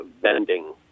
bending